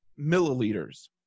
milliliters